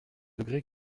degré